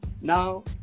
Now